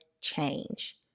change